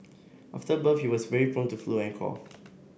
after birth he was very prone to flu and cough